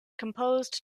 composed